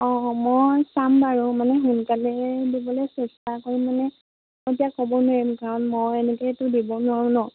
অঁ মই চাম বাৰু মানে সোনকালে দিবলৈ চেষ্টা কৰিম মানে এতিয়া ক'ব নোৱাৰিম কাৰণ মই এনেকেটো দিব নোৱাৰোঁ ন